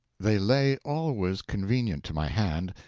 they lay always convenient to my hand,